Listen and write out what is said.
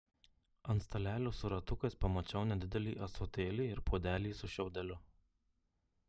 ant stalelio su ratukais pamačiau nedidelį ąsotėlį ir puodelį su šiaudeliu